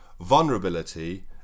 vulnerability